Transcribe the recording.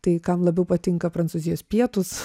tai kam labiau patinka prancūzijos pietūs